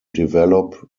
develop